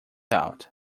out